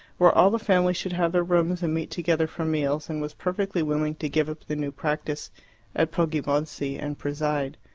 where all the family should have their rooms and meet together for meals, and was perfectly willing to give up the new practice at poggibonsi and preside.